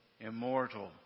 Immortal